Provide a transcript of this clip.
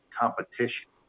competition